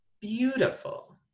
beautiful